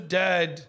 dead